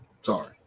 Sorry